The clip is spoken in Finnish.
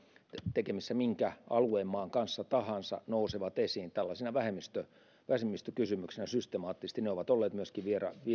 tekemisissä minkä alueen maan kanssa tahansa nousevat sitten esiin tällaisena vähemmistökysymyksenä systemaattisesti ne ovat olleet myöskin